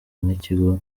n’ikigo